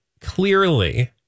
clearly